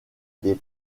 des